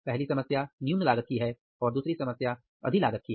पहली समस्या न्यून लागत की है और दूसरी समस्या अधिक लागत की है